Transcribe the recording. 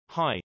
Hi